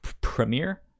premiere